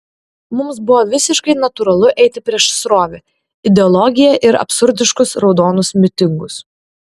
mums buvo visiškai natūralu eiti prieš srovę ideologiją ir absurdiškus raudonus mitingus